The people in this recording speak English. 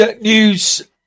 news